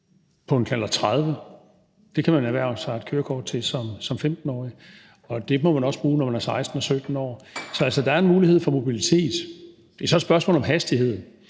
på en knallert 30. Den kan man erhverve sig et kørekort til som 15-årig, og den må man også bruge, når man er 16 og 17 år. Så der er altså en mulighed for mobilitet. Det er så et spørgsmål om hastighed,